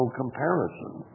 comparison